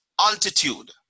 altitude